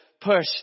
push